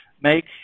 make